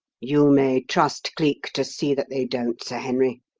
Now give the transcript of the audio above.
you may trust cleek to see that they don't, sir henry.